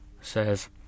says